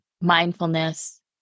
mindfulness